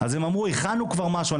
אז הם אמרו שהם הכינו כבר משהו,